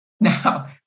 Now